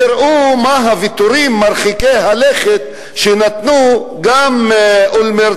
תראו מה הוויתורים מרחיקי הלכת שנתנו גם אולמרט